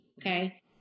Okay